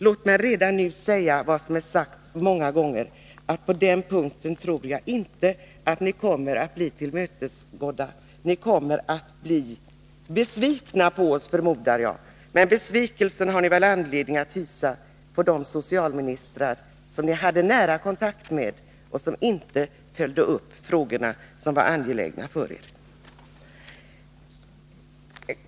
Låg mig redan nu säga vad som har sagts många gånger, nämligen att jag inte tror att ni kommer att tillmötesgås. Ni kommer att bli besvikna på oss, förmodar jag. Men besvikelse har ni väl anledning att hysa över de socialministrar som ni hade nära kontakt med men som inte följde upp de frågor som var angelägna för er.